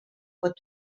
pot